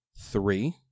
Three